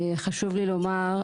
חשוב לי לומר,